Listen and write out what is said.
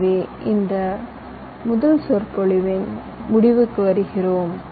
எனவே இந்த முதல் சொற்பொழிவின் முடிவுக்கு வருகிறோம்